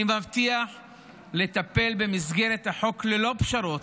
אני מבטיח לטפל במסגרת החוק ללא פשרות